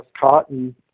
cotton